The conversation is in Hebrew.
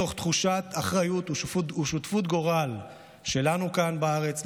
מתוך תחושת אחריות ושותפות גורל שלנו כאן בארץ,